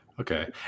Okay